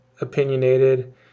opinionated